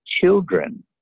Children